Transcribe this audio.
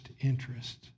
interest